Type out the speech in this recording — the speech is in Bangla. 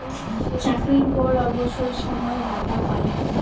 চাকরির পর অবসর সময়ে ভাতা পায়